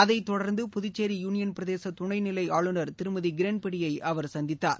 அதை தொடர்ந்து புதுச்சேரி யூனியன் பிரதேச துணை நிலை ஆளுநர் திருமதி கிரன்பேடியை அவர் சந்தித்தார்